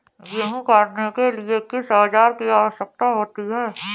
गेहूँ काटने के लिए किस औजार की आवश्यकता होती है?